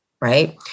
right